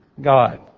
God